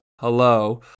Hello